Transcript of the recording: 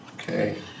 Okay